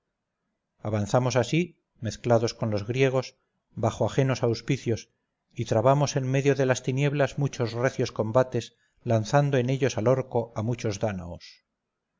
avanzamos así mezclados con los griegos bajo ajenos auspicios y trabamos en medio de las tinieblas muchos recios combates lanzando en ellos al orco a muchos dánaos